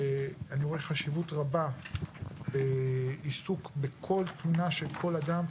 אני רואה חשיבות רבה בעיסוק בכל תלונה של כל אדם.